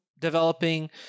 developing